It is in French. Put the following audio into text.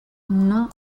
non